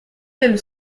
est